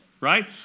right